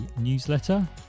newsletter